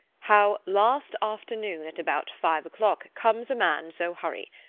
how last afternoon at about five o'clock comes a man so hurry.